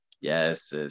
Yes